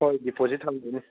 ꯍꯣꯏ ꯗꯤꯄꯣꯖꯤꯠ ꯊꯝꯗꯣꯏꯅꯤ